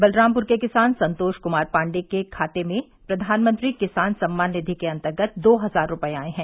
बलरामपुर के किसान संतोष कुमार पांडे के खाते में प्रधानमंत्री किसान सम्मान निधि के अंतर्गत दो हजार रूपए आए हैं